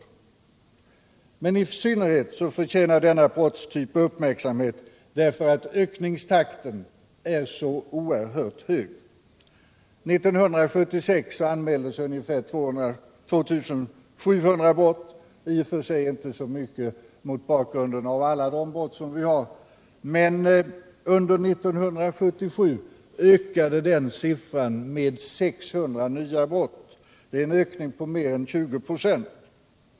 Men i synnerhet denna brottstyp uppmärksammas därför att ökningstakten är så oerhört hög. 1976 anmäldes omkring 2 700 sådana brott. Det är i och för sig inte så mycket mot bakgrunden av alla de brott som begås, men under 1977 ökade siffran med 600 nya brott. Det är en ökning med mer än 20 96.